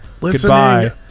Goodbye